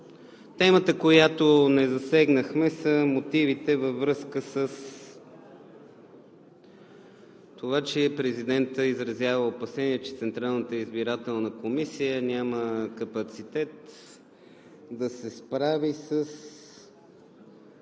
Темата, която не засегнахме, са мотивите във връзка с това, че президентът изразява опасение, че Централната избирателна комисия няма капацитет да се справи с